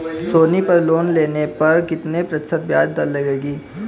सोनी पर लोन लेने पर कितने प्रतिशत ब्याज दर लगेगी?